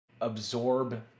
absorb